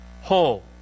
whole